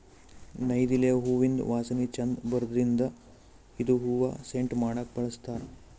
ನೈದಿಲೆ ಹೂವಿಂದ್ ವಾಸನಿ ಛಂದ್ ಬರದ್ರಿನ್ದ್ ಇದು ಹೂವಾ ಸೆಂಟ್ ಮಾಡಕ್ಕ್ ಬಳಸ್ತಾರ್